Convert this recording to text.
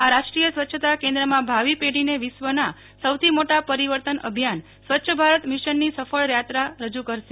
આ રાષ્ટ્રીય સ્વચ્છતા કેન્દ્રમાં ભાવિ પેઢીના વિશ્વાસના સૌથી મોટા પર્વતન અભિયાન સ્વચ્છ ભારત મિશનની સફળ યાત્રા રજૂ કરશે